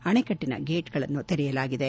ಅಣೆಕಟ್ಟನ ಗೇಟ್ಗಳನ್ನು ತೆರೆಯಲಾಗಿದೆ